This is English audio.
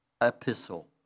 epistle